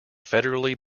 federally